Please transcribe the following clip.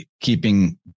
keeping